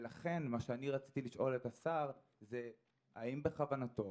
לכן מה שרציתי לשאול את השר זה האם בכוונתו